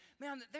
man